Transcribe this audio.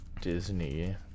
Disney